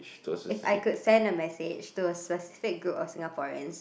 if I could send a message to a specific group of Singaporeans